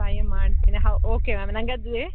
ಮಾಡ್ತೀನಿ ಹೌ okay ma'am ನಂಗೆ ಅದೆ